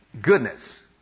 goodness